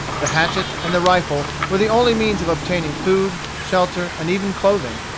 the hatchet and the rifle were the only means of obtaining food, shelter, and even clothing.